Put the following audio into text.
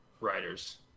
writers